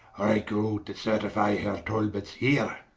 i goe to certifie her talbot's here.